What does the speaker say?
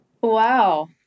Wow